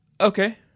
Okay